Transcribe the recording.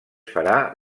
farà